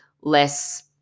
less